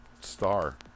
star